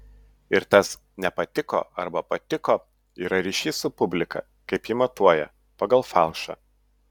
ir tas nepatiko arba patiko yra ryšys su publika kaip ji matuoja pagal falšą